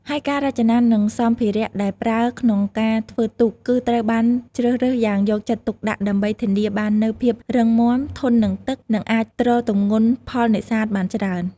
ហើយការរចនា និងសម្ភារៈដែលប្រើក្នុងការធ្វើទូក គឺត្រូវបានជ្រើសរើសយ៉ាងយកចិត្តទុកដាក់ ដើម្បីធានាបាននូវភាពរឹងមាំ ធន់នឹងទឹក និងអាចទ្រទម្ងន់ផលនេសាទបានច្រើន។